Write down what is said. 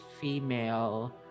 female